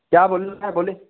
क्या बोलना है बोलिए